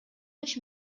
күч